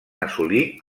assolir